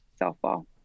softball